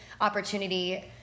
opportunity